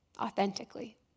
authentically